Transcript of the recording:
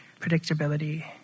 predictability